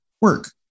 work